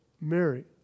Mary